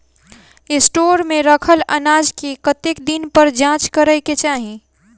Store मे रखल अनाज केँ कतेक दिन पर जाँच करै केँ चाहि?